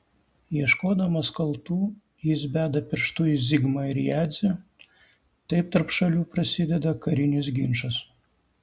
ieškodamas kaltų jis beda pirštu į zigmą ir jadzę taip tarp šalių prasideda karinis ginčas